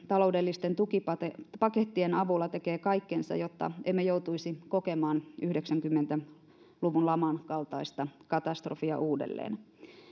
taloudellisten tukipakettien tukipakettien avulla tekee kaikkensa jotta emme joutuisi kokemaan yhdeksänkymmentä luvun laman kaltaista katastrofia uudelleen